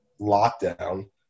lockdown